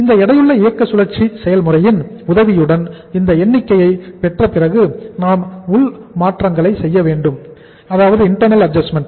இந்த எடையுள்ள இயற்கை சுழற்சி செயல்முறையின் உதவியுடன் இந்த எண்ணிக்கையை பெற்ற பிறகு நாம் உள் மாற்றங்களை செய்ய வேண்டியிருக்கும்